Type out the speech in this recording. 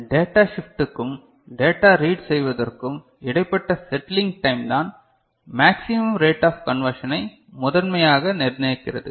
data shift க்கும் data read செய்வதற்கும் இடைப்பட்ட செட்டிலிங் டைம் தான் மேக்ஸிமம் ரேட் ஆஃப் கண்வர்சனை முதன்மையாக நிர்ணயிக்கிறது